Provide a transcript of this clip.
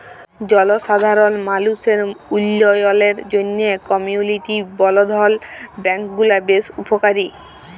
জলসাধারল মালুসের উল্ল্যয়লের জ্যনহে কমিউলিটি বলধ্ল ব্যাংক গুলা বেশ উপকারী